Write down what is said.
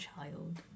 child